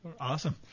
Awesome